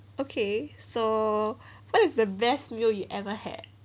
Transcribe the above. okay so what is the best meal you ever had